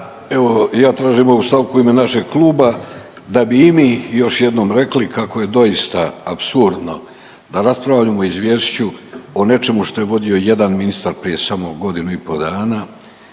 Evo ja tražim ovu stanku u ime našeg kluba da bi i mi još jednom rekli kako je doista apsurdno da raspravljamo o izvješću o nečemu što je vodio jedan ministar koji je došao iza